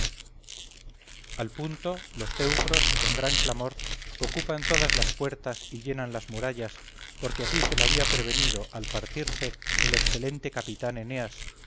al punto los teucros con gran clamor ocupan todas las puertas y llenan las murallas porque así se lo había prevenido al partirse el excelente capitán eneas